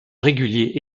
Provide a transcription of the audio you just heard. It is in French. régulier